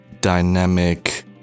dynamic